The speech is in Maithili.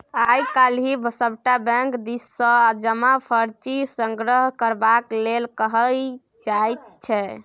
आय काल्हि सभटा बैंक दिससँ जमा पर्ची संग्रह करबाक लेल कहल जाइत छै